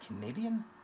Canadian